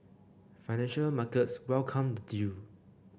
financial markets welcomed the deal